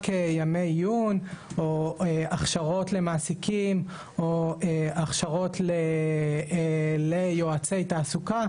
ימי עיון או הכשרות למעסיקים או הכשרות ליועצי תעסוקה.